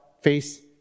face